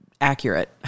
accurate